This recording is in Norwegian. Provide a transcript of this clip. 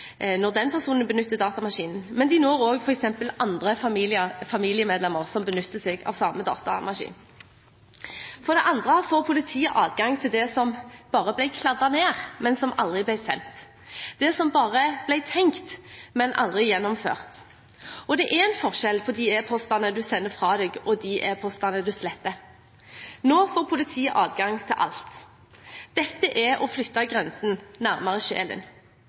når den personen som er i politiets søkelys, benytter datamaskinen, men når også f.eks. andre familiemedlemmer benytter seg av samme datamaskin. For det andre får politiet adgang til det som bare ble kladdet ned, men som aldri ble sendt. Det som bare ble tenkt, men aldri gjennomført. Det er en forskjell på de e-postene du sender fra deg, og de e-postene du sletter. Nå får politiet adgang til alt. Dette er å flytte grensen nærmere sjelen.